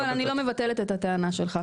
אבל אני לא מבטלת את הטענה שלך.